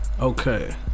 Okay